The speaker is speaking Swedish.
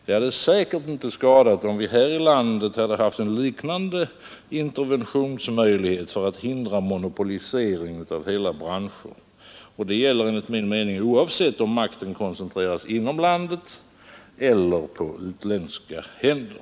Det hade säkert inte skadat om vi här i landet hade haft en liknande interventionsmöjlighet för att hindra monopolise ring av hela branscher. Det gäller enligt min mening oavsett om makten koncentreras inom landet eller på utländska händer.